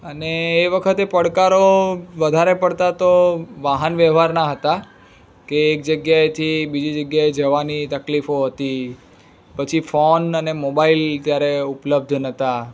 અને એ વખતે પડકારો વધારે પડતા તો વાહન વ્યવહારના હતા કે એક જગ્યાએથી બીજી જગ્યાએ જવાની તકલીફો હતી પછી ફોન અને મોબાઈલ ત્યારે ઉપલબ્ધ નહોતા